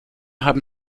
haben